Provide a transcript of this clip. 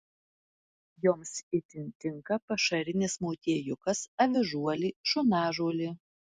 joms itin tinka pašarinis motiejukas avižuolė šunažolė